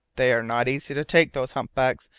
they're not easy to take, those humpbacks,